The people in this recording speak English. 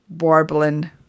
warbling